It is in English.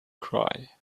cry